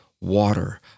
water